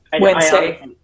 Wednesday